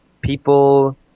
people